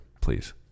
please